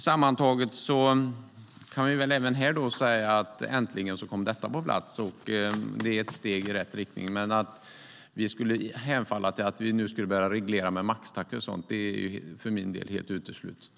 Sammantaget kan jag säga: Äntligen kom detta på plats, och det är ett steg i rätt riktning. Men att vi skulle hemfalla till att nu börja reglera med maxtaxor och sådant är för min del helt uteslutet.